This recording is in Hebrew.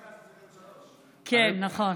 כן, נכון.